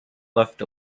left